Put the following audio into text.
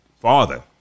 father